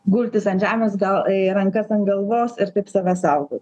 gultis ant žemės gal į rankas ant galvos ir taip save saugot